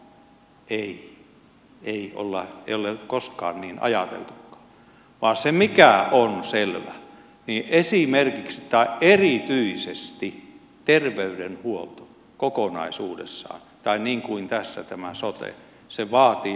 ei ei ole koskaan niin ajateltukaan vaan se mikä on selvä on se että esimerkiksi tai erityisesti terveydenhuolto kokonaisuudessaan tai niin kuin tässä tämä sote vaatii laajemmat hartiat